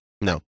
No